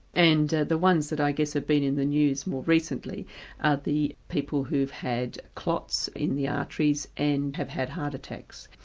and the ones that i guess have been in the news more recently are the people who have had clots in the arteries and have had heart attacks.